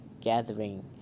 gathering